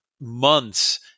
months